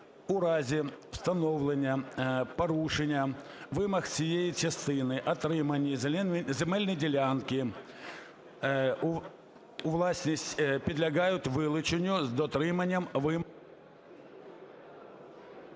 "У разі встановлення порушення вимог цієї частини отримані земельні ділянки у власність підлягають вилученню з дотриманням вимог...".